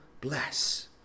bless